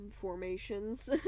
formations